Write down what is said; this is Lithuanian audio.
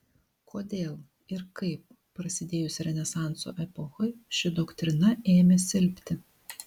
kodėl ir kaip prasidėjus renesanso epochai ši doktrina ėmė silpti